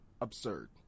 absurd